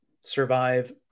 Survive